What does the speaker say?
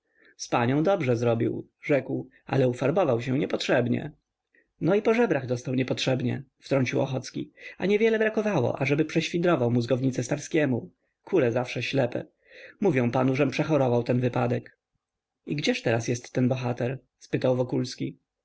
z panią dobrze zrobił rzekł ale ufarbował się niepotrzebnie no i po żebrach dostał niepotrzebnie wtrącił ochocki a niewiele brakowało ażeby prześwidrował mózgownicę starskiemu kule zawsze ślepe mówię panu żem przechorował ten wypadek i gdzież teraz jest ten bohater spytał wokulski